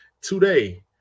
today